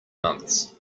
months